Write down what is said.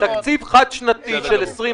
תקציב חד-שנתי של 2020,